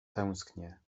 tęsknie